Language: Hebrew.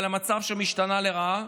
אבל המצב שם השתנה לרעה,